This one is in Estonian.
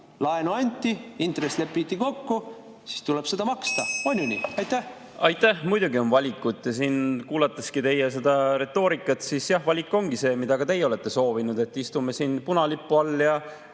Laenu anti, intress lepiti kokku, siis tuleb seda maksta. On ju nii? Aitäh! Muidugi on valikut. Siin kuulates teie retoorikat, siis jah, valik ongi see, mida ka teie olete soovinud, et istume siin punalipu all ja